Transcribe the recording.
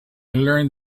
learned